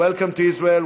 welcome to Israel,